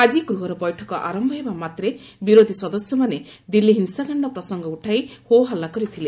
ଆଜି ଗୃହର ବୈଠକ ଆରମ୍ଭ ହେବା ମାତ୍ରେ ବିରୋଧୀ ସଦସ୍ୟମାନେ ଦିଲ୍ଲୀ ହିଂସାକାଣ୍ଡ ପ୍ରସଙ୍ଗ ଉଠାଇ ହୋହଲ୍ଲା କରିଥିଲେ